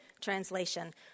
translation